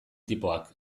tipoak